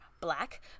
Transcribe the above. black